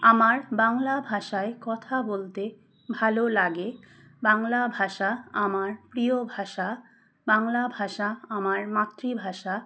আমার বাংলা ভাষায় কথা বলতে ভালো লাগে বাংলা ভাষা আমার প্রিয় ভাষা বাংলা ভাষা আমার মাতৃভাষা